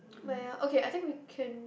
but ya okay I think we can